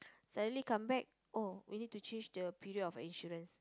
suddenly come back oh we need to change the period of insurance